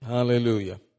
Hallelujah